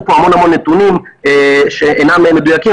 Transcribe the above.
פה המון המון נתונים שאינם מדויקים,